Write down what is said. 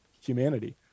humanity